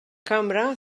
kamra